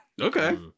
okay